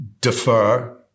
defer